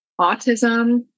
autism